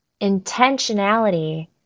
intentionality